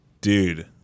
Dude